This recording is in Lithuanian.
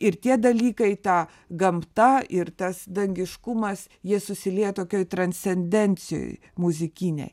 ir tie dalykai ta gamta ir tas dangiškumas jie susilieja tokioj transcendencijoj muzikinėj